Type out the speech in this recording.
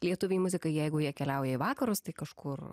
lietuviai muzikai jeigu jie keliauja į vakarus tai kažkur